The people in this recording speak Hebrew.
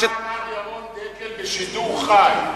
תגיד מה אמר ירון דקל בשידור חי.